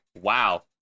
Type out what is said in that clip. Wow